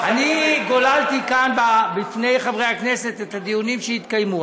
אני גוללתי כאן בפני חברי הכנסת את הדיונים שהתקיימו,